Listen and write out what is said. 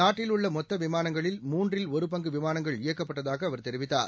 நாட்டில் உள்ள மொத்த விமானங்களில் மூன்றில் ஒரு பங்கு விமானங்கள் இயக்கப்பட்டதாக அவர் தெரிவித்தார்